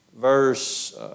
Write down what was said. verse